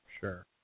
Sure